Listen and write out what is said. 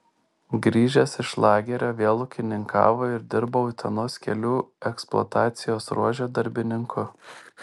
grįžęs iš lagerio vėl ūkininkavo ir dirbo utenos kelių eksploatacijos ruože darbininku